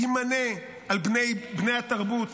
לא יימנה על בני התרבות.